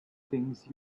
things